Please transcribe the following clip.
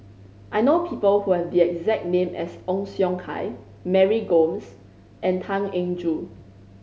I know people who have the exact name as Ong Siong Kai Mary Gomes and Tan Eng Joo